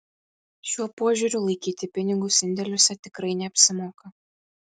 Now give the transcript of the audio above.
šiuo požiūriu laikyti pinigus indėliuose tikrai neapsimoka